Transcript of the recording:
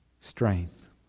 strength